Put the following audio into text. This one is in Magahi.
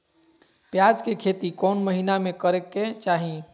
प्याज के खेती कौन महीना में करेके चाही?